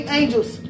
angels